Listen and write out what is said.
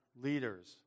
leaders